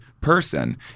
person